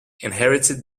inherited